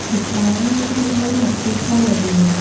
យប់ឡើង មានជ្រូកមួយមកស៊ីផ្លែល្វា។